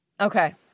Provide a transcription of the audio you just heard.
Okay